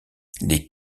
les